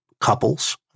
couples